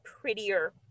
prettier